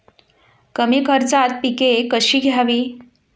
कमी खर्चात पिके कशी घ्यावी?